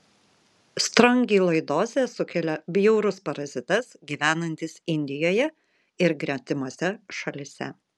strongiloidozę sukelia bjaurus parazitas gyvenantis indijoje ir gretimose šalyse